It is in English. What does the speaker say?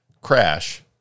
crash